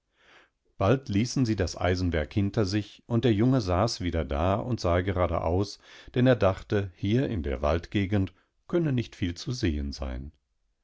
bald ließen sie das eisenwerk hinter sich und der junge saß wieder da und sah geradeaus denn er dachte hier in der waldgegend könne nicht viel zu sehensein